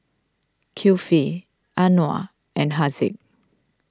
Kifli Anuar and Haziq